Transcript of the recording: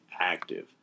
active